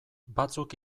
batzuk